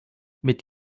mit